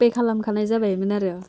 पेखालामखानाय जाबायमोन आरो